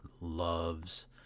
loves